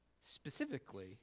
Specifically